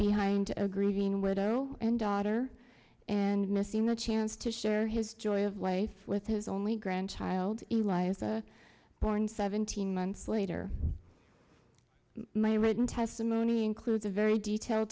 behind a grieving widow and daughter and missing the chance to share his joy of life with his only grandchild eliza born seventeen months later my written testimony includes a very detailed